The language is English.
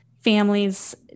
families